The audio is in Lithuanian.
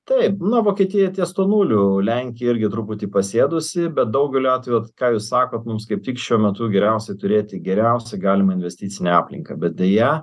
taip na vokietija ties tuo nuliu lenkija irgi truputį pasėdusi bet daugeliu atvejų vat ką jūs sakot mums kaip tik šiuo metu geriausiai turėti geriausią galimą investicinę aplinką bet deja